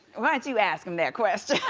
why don't you ask him that question?